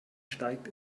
steigt